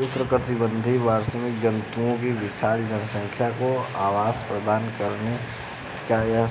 उष्णकटिबंधीय वर्षावन जंतुओं की विशाल जनसंख्या को आवास प्रदान करते हैं यह